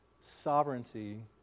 sovereignty